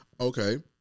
Okay